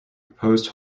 proposed